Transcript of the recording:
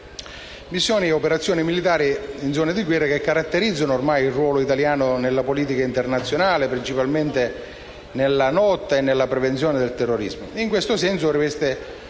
missioni. Le operazioni militari in zone di guerra caratterizzano ormai il ruolo italiano nella politica internazionale, principalmente nella lotta e nella prevenzione del terrorismo. In questo senso riveste